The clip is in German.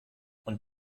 und